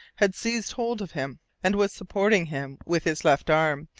had seized hold of him, and was supporting him with his left arm,